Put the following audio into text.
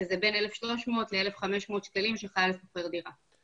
שזה בין 1,300 ל-1,500 שקלים שחייל שוכר דירה.